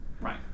Right